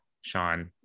Sean